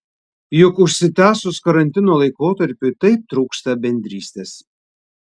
juk užsitęsus karantino laikotarpiui taip trūksta bendrystės